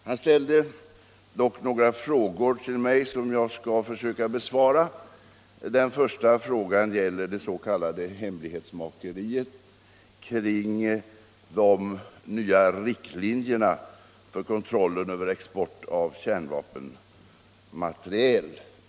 Han ställde dock några frågor till mig som jag skall försöka besvara. Den första frågan gäller det s.k. hemlighetsmakeriet kring de nya riktlinjerna för kontrollen över export av kärnenergimaterial.